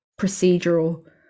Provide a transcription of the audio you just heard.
procedural